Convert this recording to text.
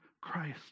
Christ